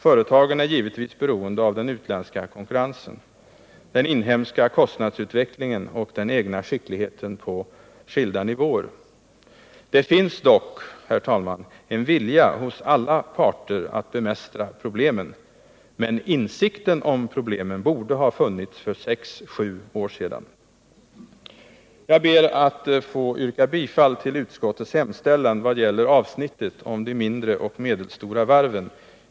Företagen är givetvis beroende av den utländska konkurrensen, den inhemska kostnadsutvecklingen och den egna skickligheten på skilda nivåer. Det finns dock, herr talman, en vilja hos alla parter att bemästra problemen, men insikten om problemen borde ha funnits för sex sju år sedan. Jag ber att få yrka bifall till utskottets hemställan vad gäller avsnittet om de mindre och medelstora varven.